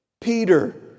Peter